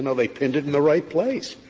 and they pinned it in the right place.